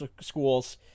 schools